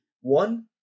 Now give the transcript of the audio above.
one